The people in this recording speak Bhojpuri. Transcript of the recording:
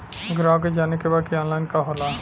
ग्राहक के जाने के बा की ऑनलाइन का होला?